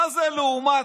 מה זה לעומת